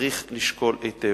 צריך לשקול זאת היטב.